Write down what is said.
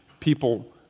People